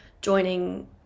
Joining